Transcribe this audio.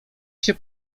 się